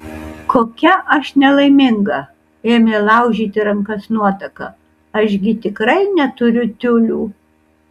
kokia aš nelaiminga ėmė laužyti rankas nuotaka aš gi tikrai neturiu tiulių